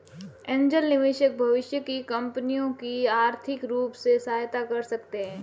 angel निवेशक भविष्य की कंपनियों की आर्थिक रूप से सहायता कर सकते हैं